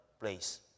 place